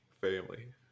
Family